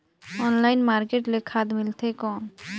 Online market ले खाद मिलथे कौन?